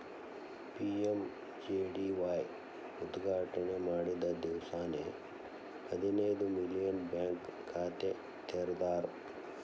PMJDY ಉದ್ಘಾಟನೆ ಮಾಡಿದ್ದ ದಿವ್ಸಾನೆ ಹದಿನೈದು ಮಿಲಿಯನ್ ಬ್ಯಾಂಕ್ ಖಾತೆ ತೆರದಾರ್